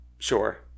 Sure